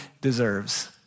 deserves